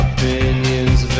Opinions